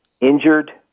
injured